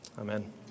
Amen